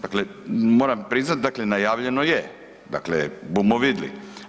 Dakle, moram priznat, dakle najavljeno je, dakle bumo vidli.